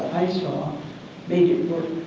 i saw made it work.